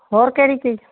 ਹੋਰ ਕਿਹੜੀ ਚੀਜ਼